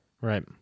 Right